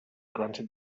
granted